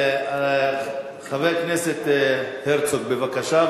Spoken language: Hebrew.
חבר הכנסת הרצוג, בבקשה.